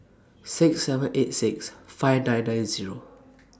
six seven eight six five nine nine Zero